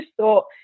thought